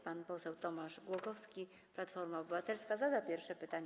Pan poseł Tomasz Głogowski, Platforma Obywatelska, zada pierwsze pytanie.